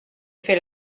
fait